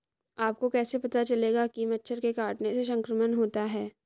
आपको कैसे पता चलेगा कि मच्छर के काटने से संक्रमण होता है?